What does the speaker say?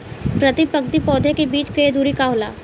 प्रति पंक्ति पौधे के बीच के दुरी का होला?